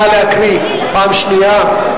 נא להקריא פעם שנייה.